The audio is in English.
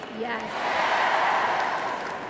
Yes